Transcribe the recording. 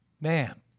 Man